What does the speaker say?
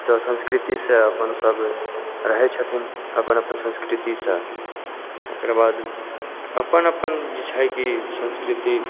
तऽ संस्कृतिसँ सभ अपन रहै छथिन अपन अपन संस्कृतिसँ ओकर बाद अपन अपन छै कि संस्कृति